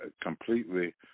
completely